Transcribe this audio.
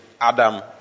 Adam